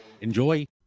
enjoy